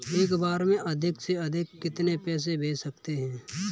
एक बार में अधिक से अधिक कितने पैसे भेज सकते हैं?